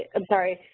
i'm sorry.